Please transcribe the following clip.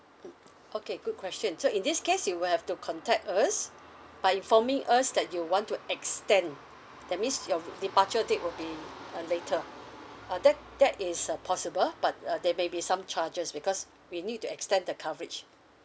mm okay good question so in this case you will have to contact us by informing us that you want to extend that means your departure date will be uh later uh that that is uh possible but uh there may be some charges because we need to extend the coverage